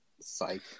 Psych